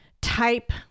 type